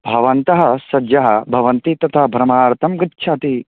भवन्तः सज्यः भवन्ति तथा भ्रमणार्थं गच्छति